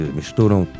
misturam